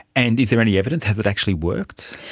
and is there any evidence? has it actually worked?